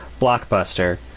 blockbuster